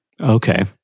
Okay